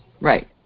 Right